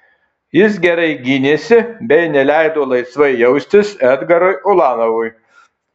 jis gerai gynėsi bei neleido laisvai jaustis edgarui ulanovui